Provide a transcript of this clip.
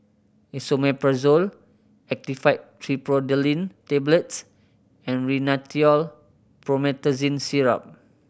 Esomeprazole Actifed Triprolidine Tablets and Rhinathiol Promethazine Syrup